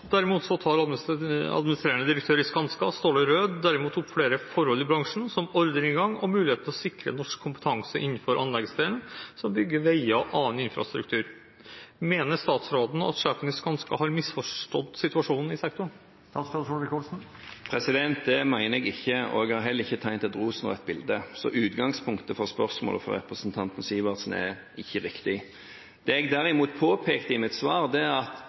tar administrerende direktør i Skanska, Ståle Rød, derimot opp flere forhold i bransjen, som ordreinngang og muligheten for å sikre norsk kompetanse innenfor anleggsdelen som bygger veier og annen infrastruktur. Mener statsråden at sjefen i Skanska har misforstått situasjonen i sektoren?» Det mener jeg ikke, og jeg har heller ikke tegnet et rosenrødt bilde, så utgangspunktet for spørsmålet fra representanten Sivertsen er ikke riktig. Det jeg derimot påpekte i mitt svar, er at det ikke er sånn at